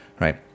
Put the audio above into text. right